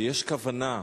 כשיש כוונה,